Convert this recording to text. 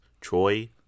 Troy